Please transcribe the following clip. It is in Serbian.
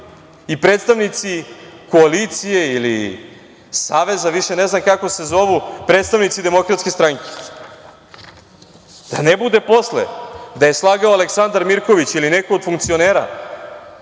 i predstavnici koalicije ili saveza, više ne znam kako se zovu, predstavnici Demokratske stranke. Da ne bude posle da je slagao Aleksandar Mirković ili neko od funkcionera